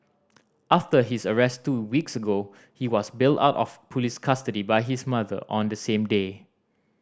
after his arrest two weeks ago he was bailed out of police custody by his mother on the same day